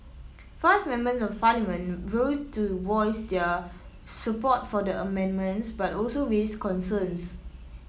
five Members of Parliament rose to voice their support for the amendments but also raised concerns